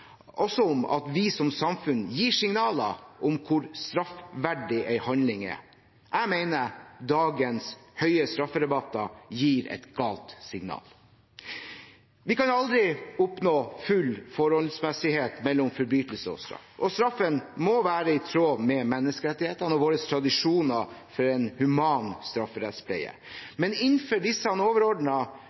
også om at vi som samfunn gir signaler om hvor straffverdig en handling er. Jeg mener dagens høye strafferabatter gir et galt signal. Vi kan aldri oppnå full forholdsdsmessighet mellom forbrytelse og straff. Straffen må være i tråd med menneskerettighetene og våre tradisjoner for en human strafferettspleie. Men innenfor disse